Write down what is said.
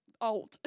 old